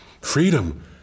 Freedom